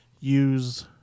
use